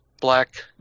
black